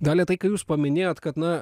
dalia tai ką jūs paminėjot kad na